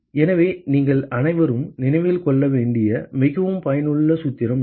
எனவே நீங்கள் அனைவரும் நினைவில் கொள்ள வேண்டிய மிகவும் பயனுள்ள சூத்திரம் இது